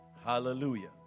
Hallelujah